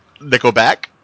Nickelback